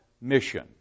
mission